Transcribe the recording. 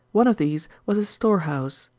one of these was a storehouse,